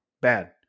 bad